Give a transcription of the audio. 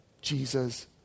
Jesus